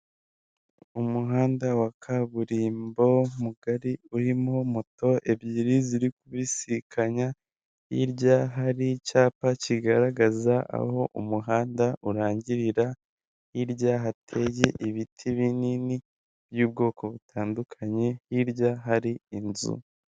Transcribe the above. Umuhanda wa Kaburimbo, mugari urimo moto ebyiri ziri kubisikanya. Hirya hari icyapa kigaragaza aho umuhanda urangirira. Hirya hateye ibiti binini by'ubwoko butandukanye, hirya hari inzu.